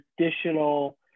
traditional